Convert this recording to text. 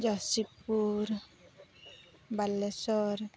Jashipur Balasore